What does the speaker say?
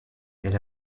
elle